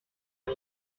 six